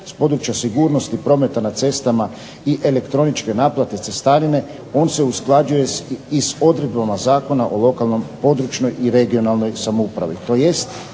s područja sigurnosti prometa na cestama i elektroničke naplate cestarine, on se usklađuje i sa odredbama Zakona o lokalnoj područnoj i regionalnoj samoupravi,